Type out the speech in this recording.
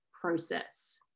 process